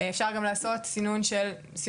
אפשר גם לעשות גם סינון חיובי,